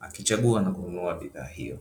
akichagua na kununua bidhaa hiyo.